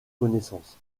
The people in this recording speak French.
connaissances